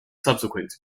subsequent